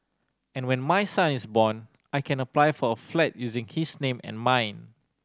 and when my son is born I can apply for a flat using his name and mine